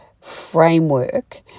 framework